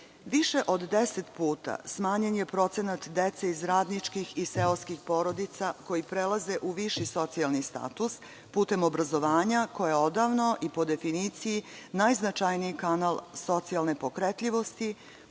Više od 10 puta smanjen je procenat dece iz radničkih i seoskih porodica koji prelaze u viši socijalni status putem obrazovanja koje je odavno i po definiciji najznačajniji kanal socijalne pokretljivosti